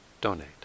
donate